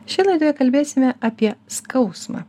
šioj laidoj kalbėsime apie skausmą